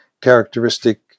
characteristic